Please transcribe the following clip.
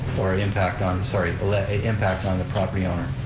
or impact on, sorry, but levy impact on the property owner.